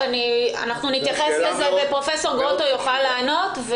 נתייחס לזה ופרופ' גרוטו יוכל לענות.